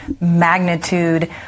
magnitude